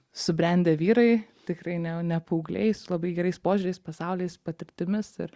subrendę vyrai tikrai ne ne paaugliai su labai gerais požiūriais pasauliais patirtimis ir